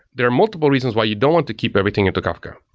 there are multiple reasons why you don't want to keep everything into kafka.